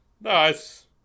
Nice